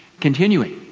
continuing,